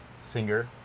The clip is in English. singer